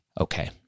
okay